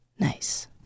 Nice